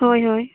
ᱦᱳᱭ ᱦᱳᱭ